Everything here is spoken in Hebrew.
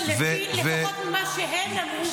לפחות ממה שהם אמרו,